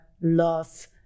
love